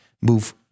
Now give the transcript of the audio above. Move